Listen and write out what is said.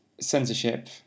Censorship